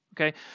Okay